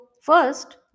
first